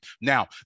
Now